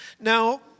Now